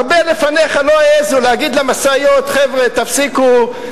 הרבה לפניך לא העזו להגיד למשאיות: חבר'ה, תפסיקו.